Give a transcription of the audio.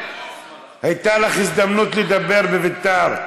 הייתה לך הזדמנות לדבר וויתרת.